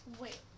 wait